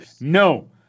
No